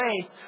faith